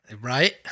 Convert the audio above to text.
right